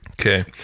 okay